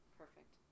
perfect